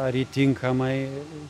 ar ji tinkamai